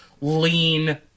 lean